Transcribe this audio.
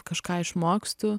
kažką išmokstu